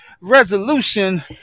resolution